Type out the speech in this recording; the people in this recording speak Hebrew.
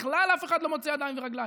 בכלל אף אחד לא מוצא ידיים ורגליים.